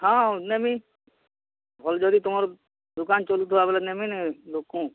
ହଁ ନେମି ଭଲ୍ ଜଦି ତୁମର୍ ଦୁକାନ୍ ଚଲୁଥିବା ବେଲେ ନେମି